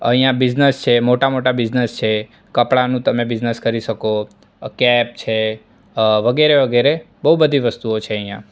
અહીંયાં બીઝનેસ છે મોટા મોટા બીઝનેસ છે કપડાનો તે બીઝનેસ કરી શકો કેપ છે વગેરે વગેરે બહુ બધી વસ્તુઓ છે અહીંયાં